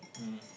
mmhmm